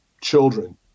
children